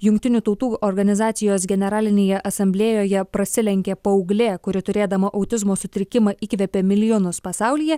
jungtinių tautų organizacijos generalinėje asamblėjoje prasilenkė paauglė kuri turėdama autizmo sutrikimą įkvėpė milijonus pasaulyje